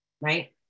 right